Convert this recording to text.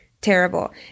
terrible